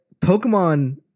Pokemon